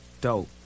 Dope